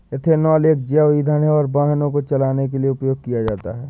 ethanol एक जैव ईंधन है और वाहनों को चलाने के लिए उपयोग किया जाता है